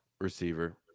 receiver